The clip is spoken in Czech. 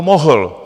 Mohl.